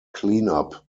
cleanup